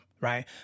Right